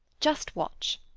just watch.